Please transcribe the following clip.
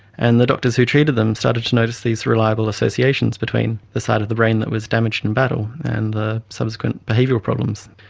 and the doctors who treated them started to notice these reliable associations between the side of the brain that was damaged in battle and the subsequent behavioural problems.